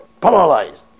paralyzed